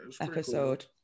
episode